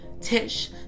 Tish